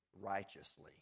righteously